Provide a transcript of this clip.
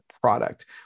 product